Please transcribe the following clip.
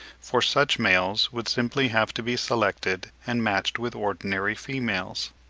for such males would simply have to be selected and matched with ordinary females.